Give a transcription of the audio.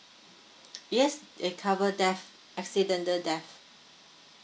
yes it cover death accidental death